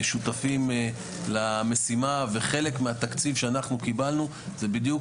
שותפים למשימה וחלק מהתקציב שאנחנו קיבלנו זה בדיוק,